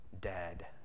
dead